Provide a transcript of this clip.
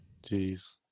Jeez